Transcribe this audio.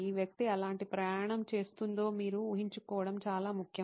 ఈ వ్యక్తి ఎలాంటి ప్రయాణం చేస్తుందో మీరు ఊహించుకోవడం చాలా ముఖ్యం